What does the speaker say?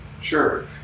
Sure